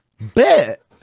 Bet